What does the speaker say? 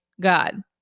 God